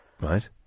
Right